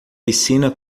piscina